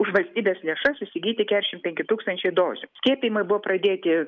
už valstybės lėšas įsigyti keturiasdešimt penki tūkstančiai dozių skiepijimai buvo pradėti